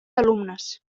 alumnes